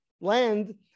land